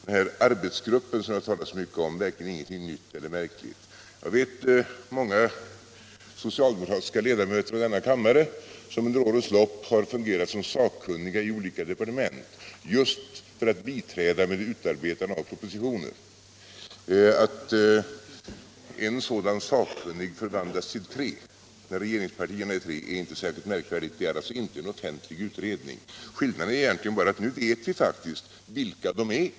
Den arbetsgrupp som det har talats så mycket om är verkligen ingenting nytt eller märkligt. Många socialdemokratiska ledamöter av denna kammare har under årens lopp fungerat såsom sakkunniga i olika departement just för att biträda med utarbetandet av propositioner. Att en sådan sakkunnig förvandlas till tre, när regeringspartierna är tre, är inte särskilt märkvärdigt. Det är alltså inte en offentlig utredning. Skillnaden är egentligen bara att vi nu faktiskt vet vilka de sakkunniga är.